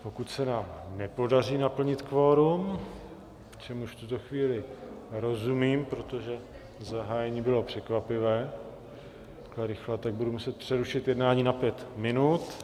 Pokud se nám nepodaří naplnit kvorum čemuž v tuto chvíli rozumím, protože zahájení bylo překvapivé takhle rychle tak budu muset přerušit jednání na pět minut.